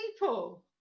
people